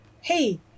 Hey